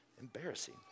embarrassing